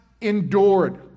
endured